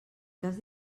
cas